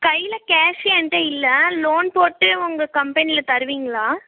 கையில் கேஷ் என்ட்ட இல்லை லோன் போட்டு உங்கள் கம்பெனில தருவீங்களா